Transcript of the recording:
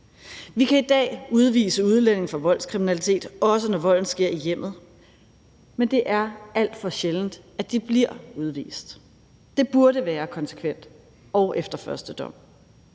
Vi kan i dag udvise udlændinge for voldskriminalitet, også når volden sker i hjemmet, men det er alt for sjældent, at de bliver udvist. Det burde ske konsekvent og efter første dom.